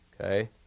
Okay